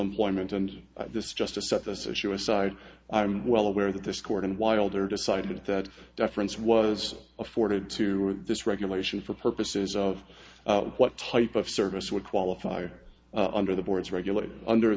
employment and this just to set this issue aside i'm well aware that this court and wilder decided that deference was afforded to this regulation for purposes of what type of service would qualify under the boards regulated under